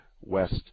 west